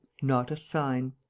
not a sign.